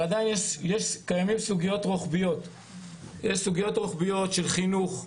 עדיין קיימות סוגיות רוחביות של חינוך,